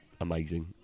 amazing